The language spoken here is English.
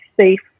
safe